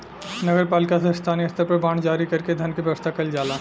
नगर पालिका से स्थानीय स्तर पर बांड जारी कर के धन के व्यवस्था कईल जाला